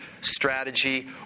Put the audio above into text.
strategy